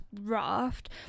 raft